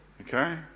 okay